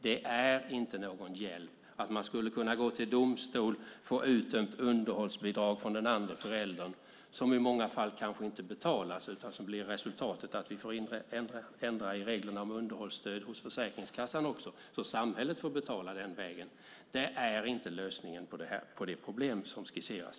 Det vore inte någon hjälp att kunna gå till domstol och få ut ett underhållsbidrag från den andra föräldern, ett bidrag som i många fall kanske inte betalas. I så fall blir resultatet att vi får ändra i reglerna om underhållsstöd hos Försäkringskassan också, så samhället får betala den vägen. Det är inte lösningen på det problem som skisseras.